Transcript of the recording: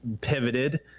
pivoted